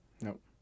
Nope